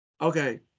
Okay